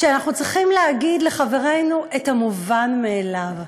שאנחנו צריכים להגיד לחברינו את המובן מאליו?